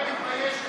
נגד אביר קארה,